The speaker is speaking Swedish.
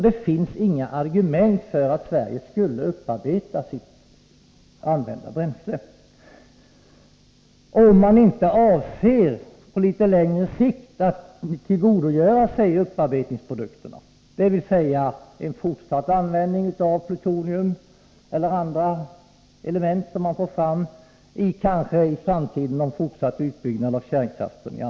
Det finns inga argument för att Sverige skulle upparbeta sitt använda bränsle, om man inte avser att på litet längre sikt tillgodogöra sig upparbetningsprodukterna, dvs. en fortsatt användning av plutonium eller andra element som man kanske får fram i samband med fortsatt utbyggnad av kärnkraften.